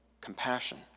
compassion